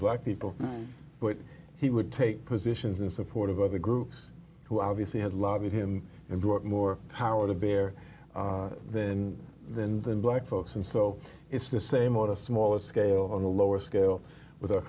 black people but he would take positions in support of other groups who obviously had lobbied him and brought more power to bear than than than black folks and so it's the same on a smaller scale on a lower scale with ou